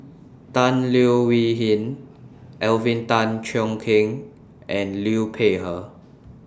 Tan Leo Wee Hin Alvin Tan Cheong Kheng and Liu Peihe